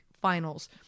finals